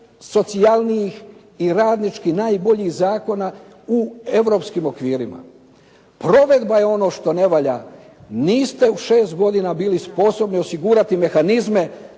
najsocijalnih i radnički najboljeg zakona u europskim okvirima. Provedba je ono što ne valja. Niste u 6 godina bili sposobni osigurati mehanizme